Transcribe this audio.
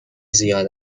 زیاد